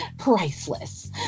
priceless